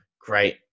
great